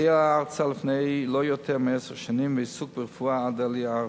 1. עלייה ארצה לפני לא יותר מעשר שנים ועיסוק ברפואה עד העלייה ארצה,